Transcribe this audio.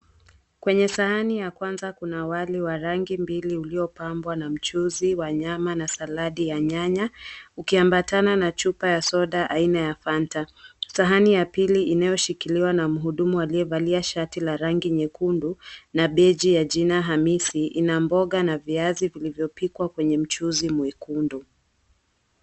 Kwenye sahani wa kwanza kuna wali wa rangi mbili uliopambwa na mchuzi wa nyama na saladi ya nyanya ukiambatana na chupa ya soda aina ya Fanta. Sahani ya pili inayoshikiliwa na mhudumu aliyevalia shati la rangi nyekundu na beji ya jina Hamisi ina mboga na viazi vilivyopikwa kwenye mchuzi mwekundu.